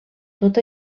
tot